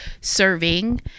serving